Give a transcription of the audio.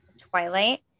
twilight